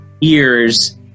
ears